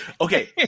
Okay